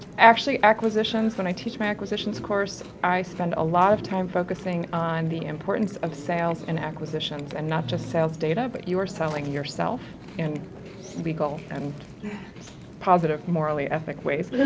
actually acquisitions when i teach my acquisitions course, i spend a lot of time focusing on the importance of sales and acquisitions, and not just sales data, but you are selling yourself in legal and positive, morally ethic, ways.